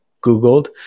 Googled